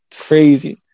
crazy